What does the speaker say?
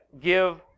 give